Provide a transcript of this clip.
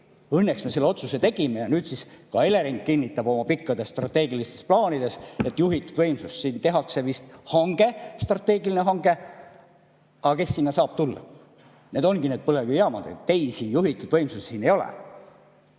Õnneks me selle otsuse tegime. Nüüd siis ka Elering kinnitab oma pikkades strateegilistes plaanides, et juhitud võimsus ... Siin tehakse vist hange, strateegiline hange. Aga kes sinna saab tulla? Need ongi ju põlevkivijaamad, teisi juhitud võimsusi siin ei ole